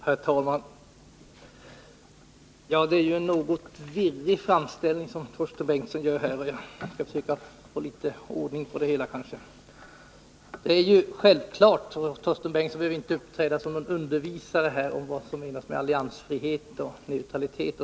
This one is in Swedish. Herr talman! Det är en något virrig framställning som Torsten Bengtson gör, och jag skall försöka få litet ordning på det hela. Torsten Bengtson behöver inte uppträda som någon undervisare — det är självklart vad som menas med alliansfrihet och neutralitet.